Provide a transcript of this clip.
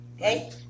okay